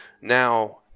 Now